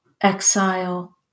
exile